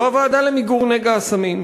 וזאת הוועדה למיגור נגע הסמים,